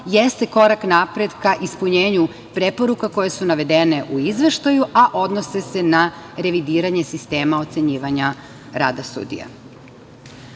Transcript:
jeste korak napred ka ispunjenju preporuka koje su navedene u izveštaju, a odnose se na revidiranje sistema ocenjivanja rada sudija.U